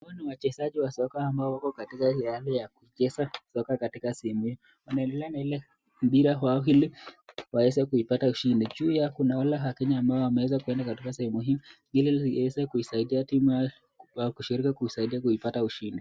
Hawa ni wachezaji wa soka ambao wako katika ile hali ya kucheza soka. Katika sehemu hii wanaendelea na ile mpira wao ili waweze kuipata ushindi, juu yao na kuna wale wakenya ambao wameweza kuenda katika sehemu hii ili kuweza kuisaidia timu yao kupata ushindi.